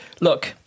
look